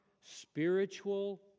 spiritual